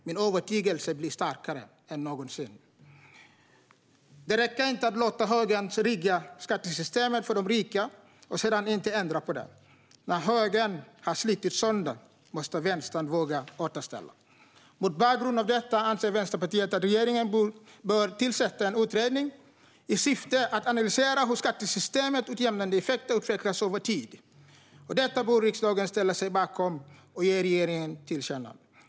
Min övertygelse blir då starkare än någonsin. Det räcker inte att låta högern rigga skattesystemet för de rika och sedan låta bli att ändra på det. När högern har slitit sönder måste vänstern våga återställa. Mot bakgrund av detta anser Vänsterpartiet att regeringen bör tillsätta en utredning i syfte att analysera hur skattesystemets utjämnande effekter utvecklats över tid. Detta bör riksdagen ställa sig bakom och ge regeringen till känna.